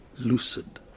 lucid